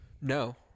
No